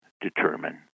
determine